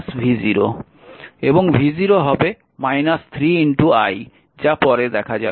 এবং v0 হবে 3 i যা পরে দেখা যাবে